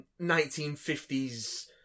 1950s